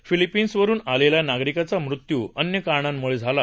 फिलिपिन्सवरून आलेल्या नागरिकाचा मृत्यू अन्य कारणांमुळे झाला